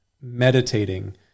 meditating